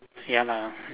ya lah